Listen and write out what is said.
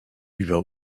über